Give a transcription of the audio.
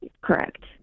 Correct